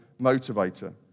motivator